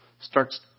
starts